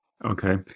Okay